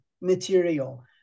material